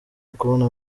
ukubona